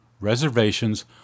Reservations